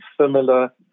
similar